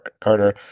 Carter